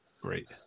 Great